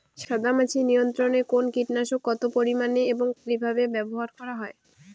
সাদামাছি নিয়ন্ত্রণে কোন কীটনাশক কত পরিমাণে এবং কীভাবে ব্যবহার করা হয়?